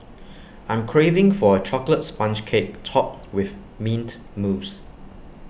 I am craving for A Chocolate Sponge Cake Topped with Mint Mousse